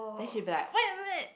then she will be like why you do that